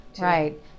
Right